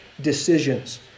decisions